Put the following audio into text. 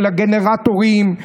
של הגנרטורים,